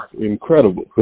Incredible